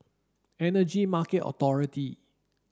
Energy Market Authority